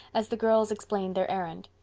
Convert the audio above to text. as the girls explained their errand.